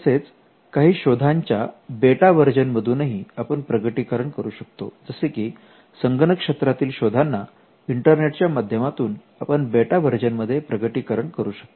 तसेच काही शोधांच्या बेटा वर्जन मधूनही आपण प्रकटीकरण करू शकतो जसे की संगणक क्षेत्रातील शोधाना इंटरनेटच्या माध्यमातून आपण बेटा वर्जन मध्ये प्रकटीकरण करू शकतो